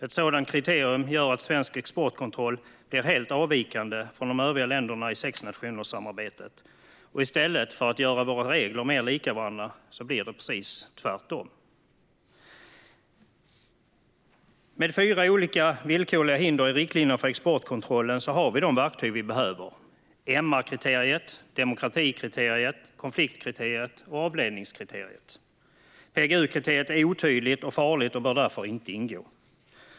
Ett sådant kriterium gör att svensk exportkontroll blir helt avvikande från de övriga ländernas i sexnationerssamarbetet, och i stället för att göra reglerna mer lika varandra blir det precis tvärtom. Med fyra olika villkorliga hinder i riktlinjerna för exportkontrollen har vi de verktyg vi behöver: MR-kriteriet, demokratikriteriet, konfliktkriteriet och avledningskriteriet. PGU-kriteriet är otydligt och farligt och bör därför inte ingå.